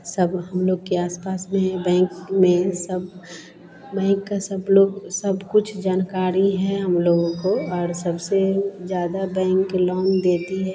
सब हम लोग के आस पास में बैंक में सब बैंक का सब लोग सब कुछ जानकारी है हम लोगों को और सबसे ज़्यादा बैंक लोन देती है